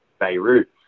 Beirut